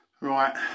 Right